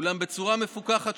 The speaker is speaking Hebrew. אולם בצורה מפוכחת,